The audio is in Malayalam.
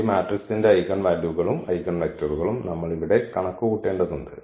ഈ മാട്രിക്സിന്റെ ഐഗൻവാല്യൂസും ഐഗൻവെക്ടറും നമ്മൾ ഇവിടെ കണക്കുകൂട്ടേണ്ടതുണ്ട്